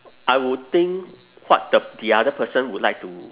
I will think what the the other person would like to